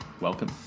Welcome